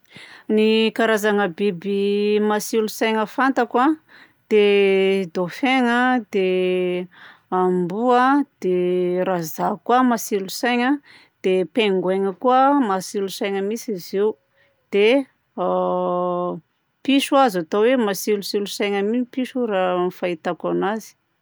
Ny karazagna biby matsilo saina fantako a dia: dauphin a, dia amboa, dia rajako koa matsilo saina a. Dia pingouin koa matsilo saina mihitsy izy io. Dia a piso azo atao hoe matsilotsilo saina noho io ny piso raha ny fahitako anazy.